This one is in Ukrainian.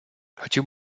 хотів